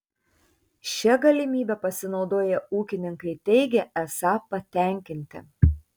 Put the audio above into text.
šia galimybe pasinaudoję ūkininkai teigia esą patenkinti